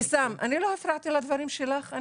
אבתיסאם, אני לא הפרעתי לדברים שלך.